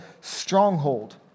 stronghold